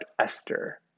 Esther